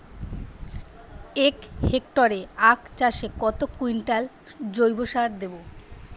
এক হেক্টরে আখ চাষে কত কুইন্টাল জৈবসার দেবো?